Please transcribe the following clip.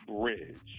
bridge